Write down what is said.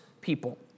people